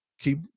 keep